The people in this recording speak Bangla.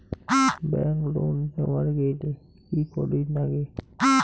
ব্যাংক লোন নেওয়ার গেইলে কি করীর নাগে?